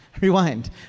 rewind